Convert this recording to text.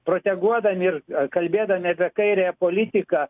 proteguodami ir kalbėdami apie kairiąją politiką